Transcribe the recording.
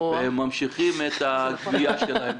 הם ממשיכים את הגבייה שלהם.